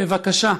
בבקשה,